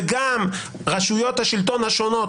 וגם רשויות השלטון השונות,